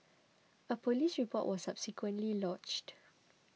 a police report was subsequently lodged